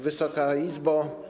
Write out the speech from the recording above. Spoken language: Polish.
Wysoka Izbo!